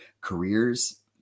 careers